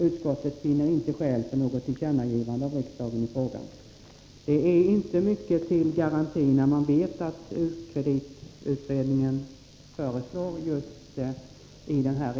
Utskottet finner inte skäl för något tillkännagivande av riksdagen i frågan.” Det är inte mycket till garanti, när man vet i vilken riktning ukreditutredningens förslag går.